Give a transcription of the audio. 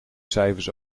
cijfers